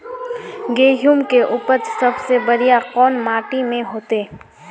गेहूम के उपज सबसे बढ़िया कौन माटी में होते?